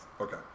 Okay